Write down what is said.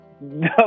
No